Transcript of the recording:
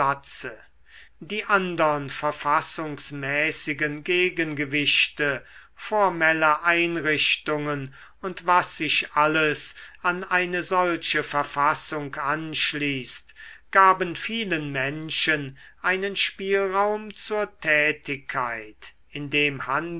die andern verfassungsmäßigen gegengewichte formelle einrichtungen und was sich alles an eine solche verfassung anschließt gaben vielen menschen einen spielraum zur tätigkeit indem